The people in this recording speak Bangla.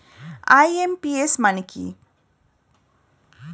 আই.এম.পি.এস মানে কি?